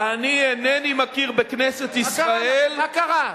אני אינני מכיר בכנסת ישראל, מה קרה לכם?